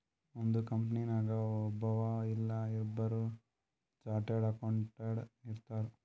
ಒಂದ್ ಕಂಪನಿನಾಗ್ ಒಬ್ಬವ್ ಇಲ್ಲಾ ಇಬ್ಬುರ್ ಚಾರ್ಟೆಡ್ ಅಕೌಂಟೆಂಟ್ ಇರ್ತಾರ್